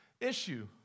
issue